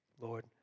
Lord